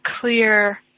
clear